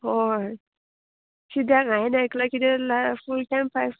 हय किद्याक हांवें आयकलां किदें लाय फूल टायम फायव